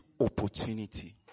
opportunity